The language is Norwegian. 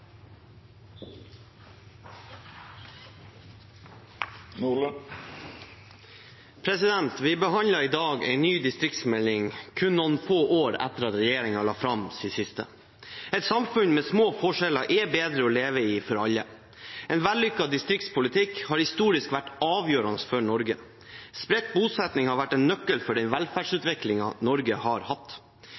til. Vi behandler i dag en ny distriktsmelding, kun noen få år etter at regjeringen la fram sin siste. Et samfunn med små forskjeller er bedre å leve i for alle. En vellykket distriktspolitikk har historisk vært avgjørende for Norge. Spredt bosetting har vært en nøkkel for den velferdsutviklingen Norge har hatt.